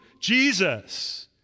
Jesus